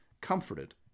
comforted